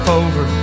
over